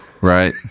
Right